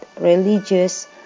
religious